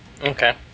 Okay